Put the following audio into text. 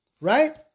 Right